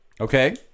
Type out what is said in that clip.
okay